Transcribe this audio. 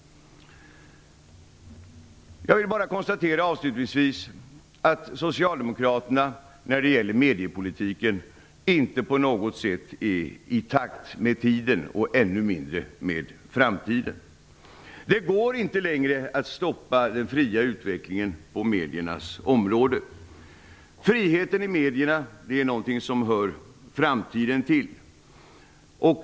Jag vill avslutningsvis konstatera att Socialdemokraterna när det gäller mediepolitiken inte på något sätt är i takt med tiden och ännu mindre med framtiden. Det går inte längre att stoppa den fria utvecklingen på mediernas område. Friheten i medierna är någonting som hör framtiden till.